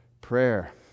Prayer